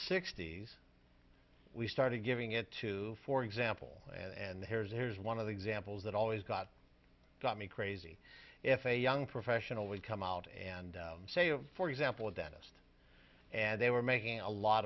sixty's we started giving it to for example and here's here's one of the examples that always got got me crazy if a young professional would come out and say oh for example a dentist and they were making a lot